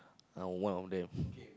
uh one of them